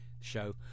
show